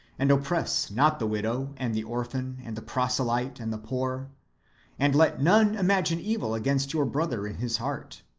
and oppress not the widow, and the orphan, and the proselyte, and the poor and let none imagine evil against your brother in his heart.